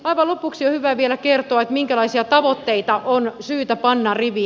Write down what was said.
aivan lopuksi on hyvä vielä kertoa minkälaisia tavoitteita on syytä panna riviin